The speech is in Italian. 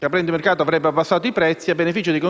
aprendo il mercato, avrebbe abbassato i prezzi a beneficio dei